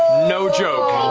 no joke.